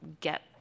get